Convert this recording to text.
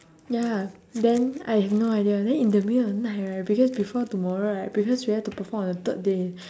ya then I have no idea then in the middle of the night right because before tomorrow right because we have to perform on the third day